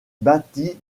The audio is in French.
bâtis